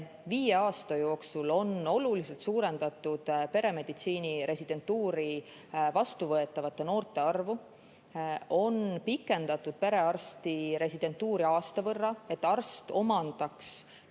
viie aasta jooksul on oluliselt suurendatud peremeditsiini residentuuri vastuvõetavate noorte arvu, on pikendatud perearsti residentuuri aasta võrra, et arst omandaks laiema